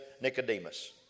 Nicodemus